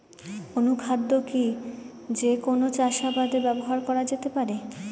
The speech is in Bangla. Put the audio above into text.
অনুখাদ্য কি যে কোন চাষাবাদে ব্যবহার করা যেতে পারে?